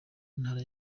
ntara